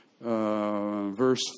verse